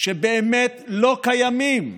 שבאמת לא קיימים?